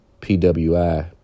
PWI